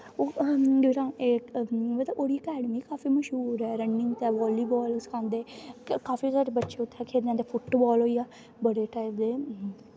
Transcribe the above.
जेह्ड़ा मतलब ओह्दी अकैडमी काफी मश्हूर ऐ रनिंग ते वॉलीबॉल सखांदे ते काफी जैदा बंच्चे उत्थै जंदे फुटबॉल होई गेआ बड़े टाईप दे